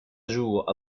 jour